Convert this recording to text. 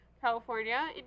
California